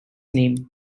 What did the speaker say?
name